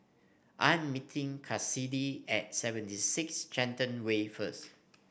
I am meeting Cassidy at Seventy Six Shenton Way first